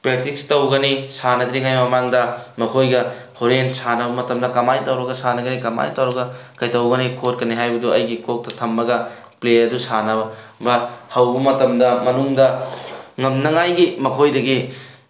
practice ꯇꯧꯒꯅꯤ ꯁꯥꯟꯅꯗ꯭ꯔꯤꯉꯩ ꯃꯃꯥꯡꯗ ꯃꯈꯣꯏꯒ ꯍꯣꯔꯦꯟ ꯁꯥꯟꯅꯕ ꯃꯇꯝꯗ ꯀꯃꯥꯏꯅ ꯇꯧꯔꯒ ꯁꯥꯟꯅꯒꯅꯤ ꯀꯃꯥꯏꯅ ꯇꯧꯔꯒ ꯀꯩꯗꯧꯒꯅꯤ ꯈꯣꯠꯀꯅꯤ ꯍꯥꯏꯕꯗꯨ ꯑꯩꯒꯤ ꯀꯣꯛꯇ ꯊꯝꯃꯒ ꯄ꯭ꯂꯦ ꯑꯗꯨ ꯁꯥꯟꯅꯕ ꯍꯧꯕ ꯃꯇꯝꯗ ꯃꯅꯨꯡꯗ ꯉꯝꯅꯉꯥꯏꯒꯤ ꯃꯈꯣꯏꯗꯒꯤ